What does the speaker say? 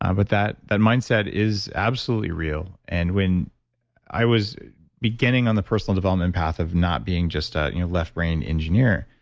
um but that that mindset is absolutely real. and when i was beginning on the personal development path of not being just a left brain engineer,